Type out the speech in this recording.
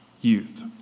youth